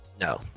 no